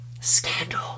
scandal